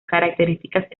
características